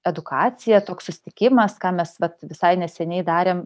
edukacija toks susitikimas ką mes visai neseniai darėm